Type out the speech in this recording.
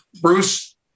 Bruce